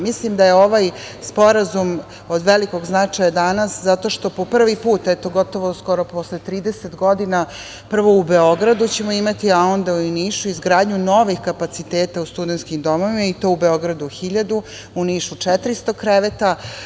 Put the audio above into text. Mislim da je ovaj sporazum od velikog značaja danas zato što po prvi put, eto gotovo skoro posle 30 godina, prvo u Beogradu ćemo imati, a onda u Nišu izgradnju novih kapaciteta u studentskim domovima i to u Beogradu 1.000, u Nišu 400 kreveta.